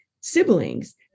siblings